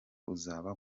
uzaba